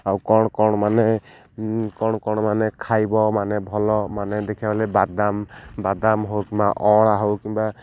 ଆଉ କ'ଣ କ'ଣ ମାନେ କ'ଣ କ'ଣ ମାନେ ଖାଇବ ମାନେ ଭଲ ମାନେ ଦେଖିବାକୁ ବଲେ ବାଦାମ ବାଦାମ ହଉ କିମ୍ବା ଅଁଳା ହଉ କିମ୍ବା